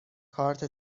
کارت